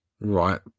Right